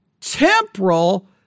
temporal